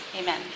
Amen